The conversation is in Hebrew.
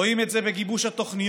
רואים את זה בגיבוש התוכניות.